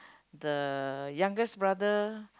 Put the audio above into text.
the youngest brother